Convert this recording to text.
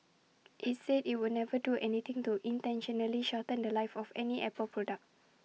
IT said IT would never do anything to intentionally shorten The Life of any Apple product